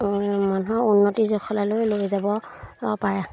মানুহক উন্নতি জখলালৈ লৈ যাব পাৰে